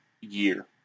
year